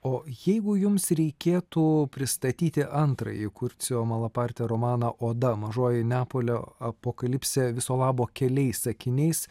o jeigu jums reikėtų pristatyti antrąjį kurcio malapatri romaną oda mažoji neapolio apokalipsė viso labo keliais sakiniais